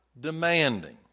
demanding